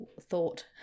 thought